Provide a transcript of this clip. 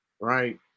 right